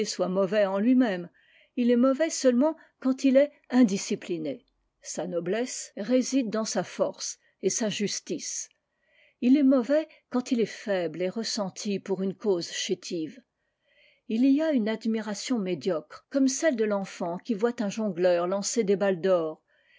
mauvais en lui-même il est mauvais seulement quand il est indiscipliné sa noblesse réside dans sa force et sa justice il est mauvais quand il est faible et ressenti pour une cause chétive il y a une admiration médiocre comme celle de l'enfant qui voit un jongleur lancer des balles d'or